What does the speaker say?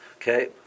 Okay